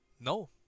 No